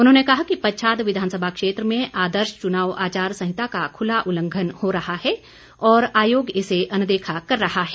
उन्होंने कहा कि पच्छाद विधानसभा क्षेत्र में आदर्श च्नाव आचार संहिता का खुला उल्लंघन हो रहा है और आयोग इसे अनदेखा कर रहा है